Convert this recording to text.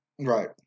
Right